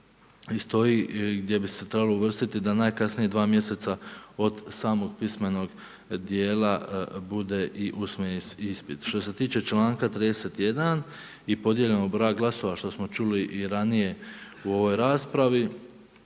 stoji, gdje bi se trebalo uvrstiti, da najkasnije, dva mjeseca, od samog pismenog dijela, bude i usmeni ispit. Što se tiče čl. 31. i podijeljenog broja glasova, što smo čuli i ranije, u ovoj raspravi,